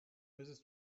mrs